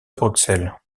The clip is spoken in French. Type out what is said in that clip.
bruxelles